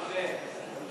אמן.